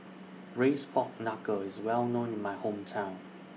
Braised Pork Knuckle IS Well known in My Hometown